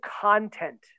content